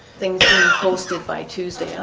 things are hosted by tuesday.